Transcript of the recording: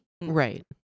Right